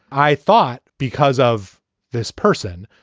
i thought because of this person.